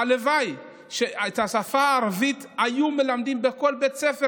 הלוואי שאת השפה הערבית היו מלמדים בכל בית ספר,